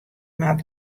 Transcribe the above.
moat